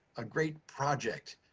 a great project.